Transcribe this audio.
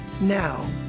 Now